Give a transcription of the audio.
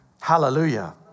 Hallelujah